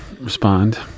respond